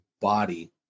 body